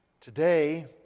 today